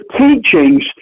teachings